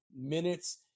minutes